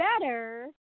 better